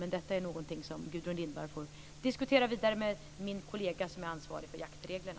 Men detta är alltså något som Gudrun Lindvall får diskutera vidare med min kollega som är ansvarig för jaktreglerna.